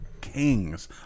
kings